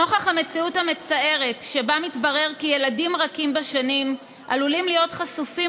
נוכח המציאות המצערת שבה מתברר כי ילדים רכים בשנים עלולים להיות חשופים